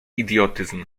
idiotyzm